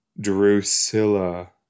Drusilla